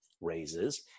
raises